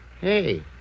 Hey